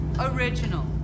original